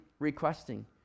requesting